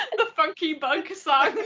and the funky bug song!